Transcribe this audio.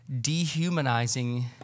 dehumanizing